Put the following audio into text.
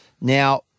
Now